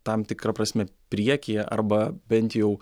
tam tikra prasme priekyje arba bent jau